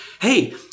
hey